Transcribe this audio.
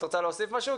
את רוצה להוסיף משהו?